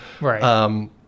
Right